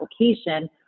application